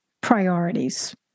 priorities